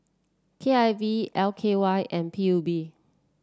K I V L K Y and P U B